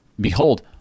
Behold